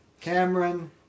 Cameron